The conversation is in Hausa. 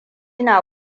na